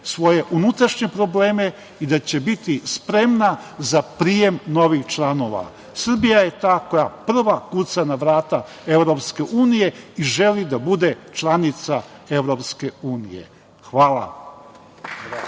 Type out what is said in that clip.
svoje unutrašnje probleme i da će biti spremna za prijem novih članova. Srbija je ta koja prva kuca na vrata EU i želi da bude članica EU. Hvala.